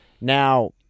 Now